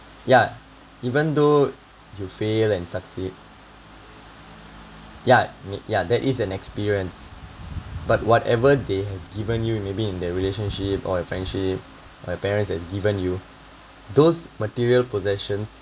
ya even though you fail and succeed ya ya there is an experience but whatever they have given you maybe in the relationship or your friendship my parents has given you those material possessions